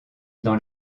dans